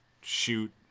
shoot